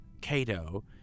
Cato